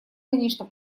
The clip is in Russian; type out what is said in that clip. конечно